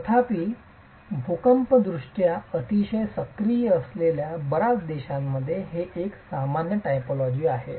तथापि भूकंपदृष्ट्या अतिशय सक्रिय असलेल्या बर्याच देशांमध्ये हे एक सामान्य टिपोलॉजी आहे